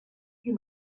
più